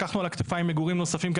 לקחנו על הכתפיים מגורים נוספים כי